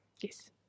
Yes